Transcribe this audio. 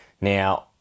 Now